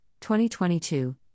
2022